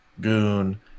Goon